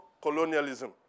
colonialism